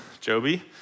Joby